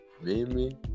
Mimi